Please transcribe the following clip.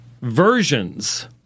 versions